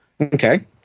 Okay